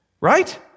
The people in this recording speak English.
right